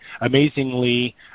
amazingly